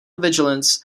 vigilance